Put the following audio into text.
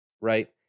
right